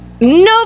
nope